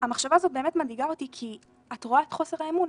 המחשבה הזאת באמת מדאיגה אותי כי את רואה את חוסר האמון,